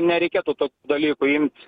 nereikėtų to dalyko imt